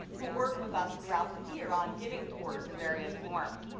who work with us throughout the year on giving tours in various forms.